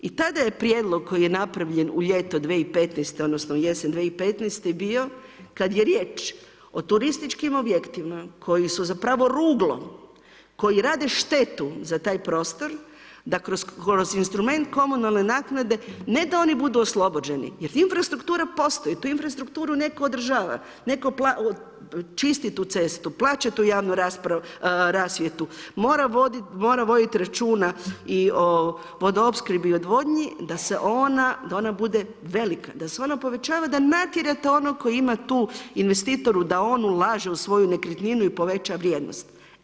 I tada je prijedlog koji je napravljen u ljeto 2015., odnosno u jesen 2015. bio kada je riječ o turističkim objektima koji su zapravo ruglo, koji rade štetu za taj prostor da kroz instrument komunalne naknade ne da oni budu oslobođeni jer infrastruktura postoji, tu infrastrukturu netko održava, netko čisti tu cestu, plaća tu javnu rasvjetu, mora voditi računa i o vodoopskrbi i odvodnji da se ona, da ona bude velika, da se ona povećava, da natjerate onog tko ima tu investitoru da on ulaže u svoju nekretninu i poveća vrijednost.